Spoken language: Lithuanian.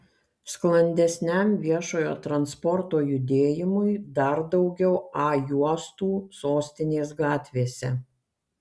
sklandesniam viešojo transporto judėjimui dar daugiau a juostų sostinės gatvėse